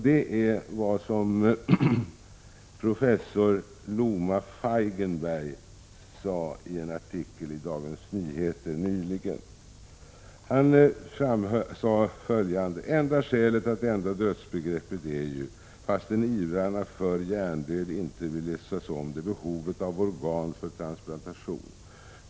Det är vad professor Loma Feigenberg sade i en artikel i Dagens Nyheter nyligen: ”Enda skälet att ändra dödsbegreppet är ju — fastän ivrarna för hjärndöd inte vill låtsas om det — behovet av organ för transplantation.